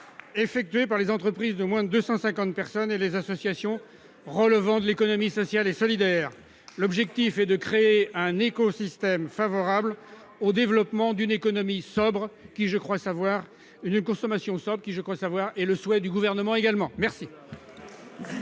effectuées par les entreprises de moins de 250 personnes et les associations relevant de l'économie sociale et solidaire. L'objectif est de créer un écosystème favorable au développement d'une consommation sobre, ce qui est également, je crois le savoir, le souhait du Gouvernement. Quel est l'avis